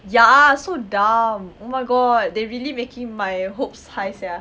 ya so dumb oh my god they really making my hopes high sia